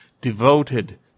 devoted